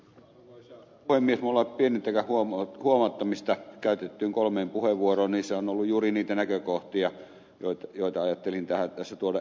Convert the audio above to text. minulla ei ole pienintäkään huomauttamista käytettyihin kolmeen puheenvuoroon niissä on ollut juuri niitä näkökohtia joita ajattelin tässä tuoda esille